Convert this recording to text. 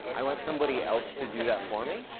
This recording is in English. i want somebody else to do that for me.